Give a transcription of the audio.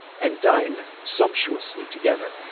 and dined sumptuously together,